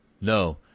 no